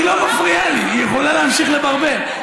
היא לא מפריעה לי, היא יכולה להמשיך לברבר.